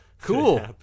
Cool